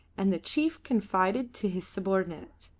and the chief confided to his subordinate,